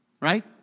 right